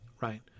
right